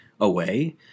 away